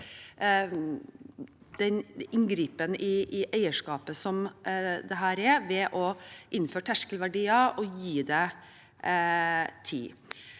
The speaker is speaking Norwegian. mot den inngripen i eierskapet som dette er, ved å innføre terskelverdier og gi det tid.